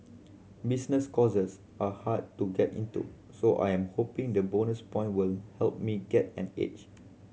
business courses are hard to get into so I am hoping the bonus point will help me get an edge